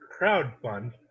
crowdfund